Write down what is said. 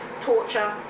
torture